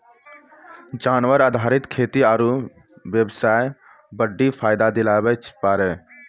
जानवर आधारित खेती आरू बेबसाय बड्डी फायदा दिलाबै पारै